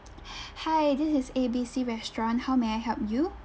hi this is A B C restaurant how may I help you